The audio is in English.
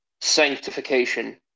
sanctification